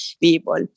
people